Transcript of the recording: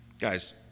Guys